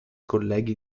colleghi